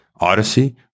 Odyssey